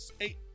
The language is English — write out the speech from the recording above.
eight